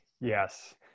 Yes